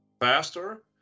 faster